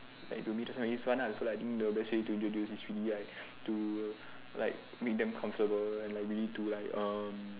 like to me just make it fun lah so like think the best way to introduce is really like to like make them comfortable and like really do like um